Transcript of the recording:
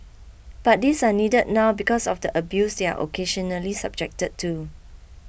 but these are needed now because of the abuse they are occasionally subjected to